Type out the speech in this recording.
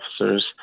officers